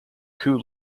coup